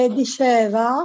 diceva